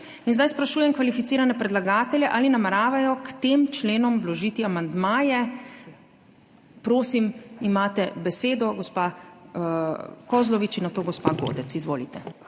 In zdaj sprašujem kvalificirane predlagatelje ali nameravajo k tem členom vložiti amandmaje. / oglašanje iz dvorane/ Prosim? Imate besedo, gospa Kozlovič in nato gospa Godec. Izvolite.